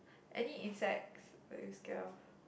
any insects are you scared of